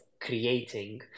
creating